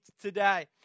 today